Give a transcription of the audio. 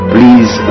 Please